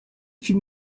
fut